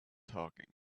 talking